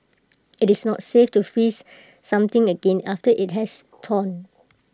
IT is not safe to freeze something again after IT has thawed